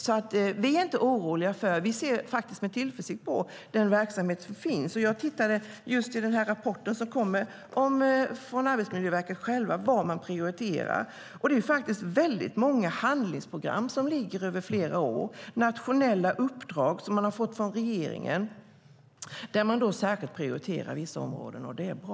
Vi är därför inte oroliga, utan vi ser med tillförsikt på den verksamhet som finns. Jag har i den rapport som kommer från Arbetsmiljöverket tittat på vad man prioriterar. Det är faktiskt många handlingsprogram som sträcker sig över flera år. Det är nationella uppdrag som man har fått från regeringen där man särskilt prioriterar vissa områden, och det är bra.